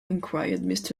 inquired